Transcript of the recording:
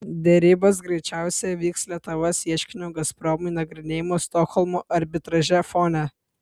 derybos greičiausiai vyks lietuvos ieškinio gazpromui nagrinėjimo stokholmo arbitraže fone